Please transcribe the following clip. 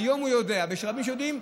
היום הוא יודע ורבים יודעים,